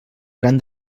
gran